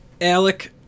Alec